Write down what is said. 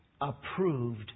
approved